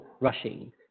rushing